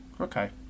Okay